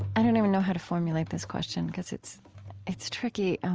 i don't even know how to formulate this question because it's it's tricky.